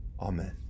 Amen